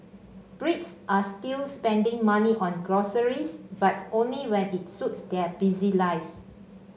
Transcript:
brits are still spending money on groceries but only when it suits their busy lives